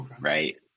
right